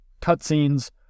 cutscenes